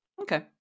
okay